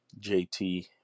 JT